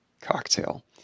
cocktail